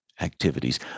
activities